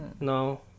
No